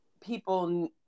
people